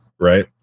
Right